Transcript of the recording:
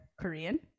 Korean